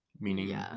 Meaning